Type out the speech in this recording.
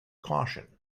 caution